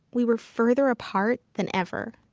we were further apart than ever.